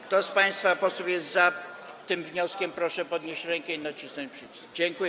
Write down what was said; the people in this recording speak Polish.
Kto z państwa posłów jest za tym wnioskiem, proszę podnieść rękę i nacisnąć przycisk.